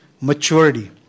maturity